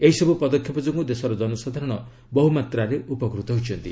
ଏହିସବୁ ପଦକ୍ଷେପ ଯୋଗ୍ରଁ ଦେଶର ଜନସାଧାରଣ ବହ୍ରମାତ୍ୱାରେ ଉପକୃତ ହୋଇଛନ୍ତି